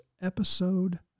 episode